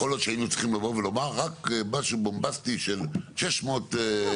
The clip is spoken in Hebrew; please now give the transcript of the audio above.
יכול להיות שהיינו צריכים לבוא ולומר רק משהו בומבסטי של 600. לא,